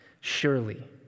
Surely